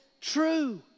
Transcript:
true